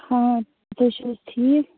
ہاں تُہۍ چھِو حظ ٹھیٖک